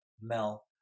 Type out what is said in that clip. mel